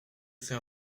fais